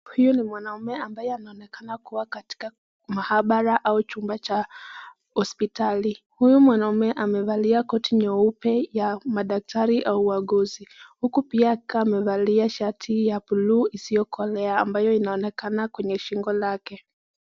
Huyu ni mwanaume ambaye anaonekana kuwa katika mahabara au chumba cha hospitali. Huyu mwanaume amevalia koti nyeupe ya madaktari au wauguzi uku pia akiwa amevalia shati ya buluu isiokolea ambayo inaonekana kwenye shingo lake.